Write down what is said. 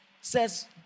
says